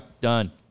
Done